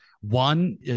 one